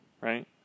right